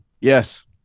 yes